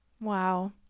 Wow